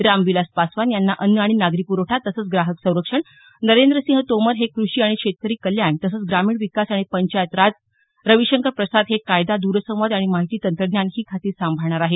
रामविलास पासवान यांना अन्न आणि नागरी प्रवठा तसंच ग्राहक संरक्षण नरेंद्र सिंह तोमर हे कृषी आणि शेतकरी कल्याण तसंच ग्रामीण विकास आणि पंचायत राज रवीशंकर प्रसाद हे कायदा द्रसंवाद आणि माहिती तंत्रज्ञान ही खाती संभाळणार आहेत